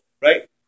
Right